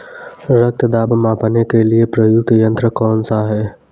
रक्त दाब मापने के लिए प्रयुक्त यंत्र कौन सा है?